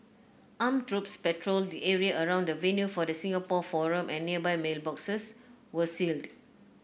armed troops patrolled the area around the venue for the Singapore forum and nearby mailboxes were sealed